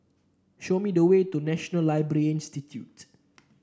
show me the way to National Library Institute